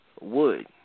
wood